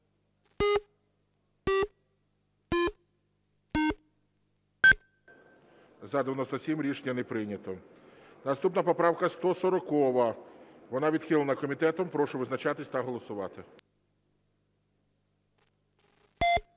За-97 Рішення не прийнято. Наступна поправка 140. Вона відхилена комітетом. Прошу визначатися та голосувати.